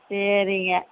சரிங்க